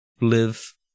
live